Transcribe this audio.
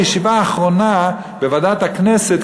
בישיבה האחרונה בוועדת הכנסת,